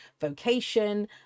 vocation